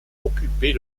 occupait